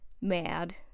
mad